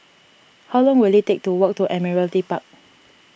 how long will it take to walk to Admiralty Park